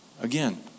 Again